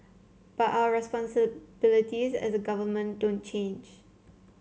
but our responsibilities as a government don't change